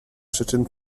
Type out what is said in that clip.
przyczyn